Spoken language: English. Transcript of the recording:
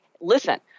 listen